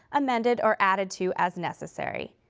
amended, or added to as necessary.